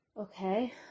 okay